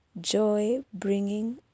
joy-bringing